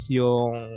yung